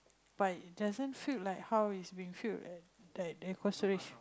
but doesn't filled like it's being filled at like the Cold Storage